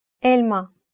Elma